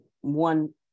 one